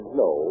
no